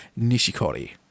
nishikori